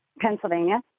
Pennsylvania